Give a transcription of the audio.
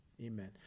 Amen